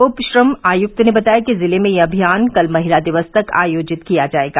उप श्रम आयुक्त ने बताया कि जिले में यह अभियान कल महिला दिवस तक आयोजित किया जाएगा